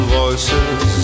voices